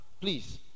please